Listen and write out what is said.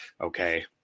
Okay